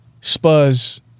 Spurs